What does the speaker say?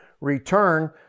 return